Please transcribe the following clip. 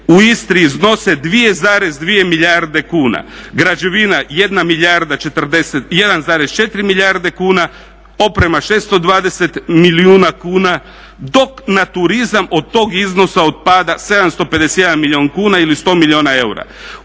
u Istri iznose 2,2 milijarde kuna, građevina 1,4 milijarde kuna, oprema 620 milijuna kuna dok na turizam od tog iznosa otpada 751 milijun kuna ili 100 milijuna eura.